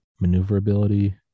maneuverability